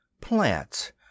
Plants